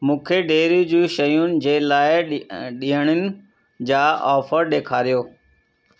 मूंखे डेयरी जी शयुनि जे लाइ ॾियणिनि जा ऑफर ॾेखारियो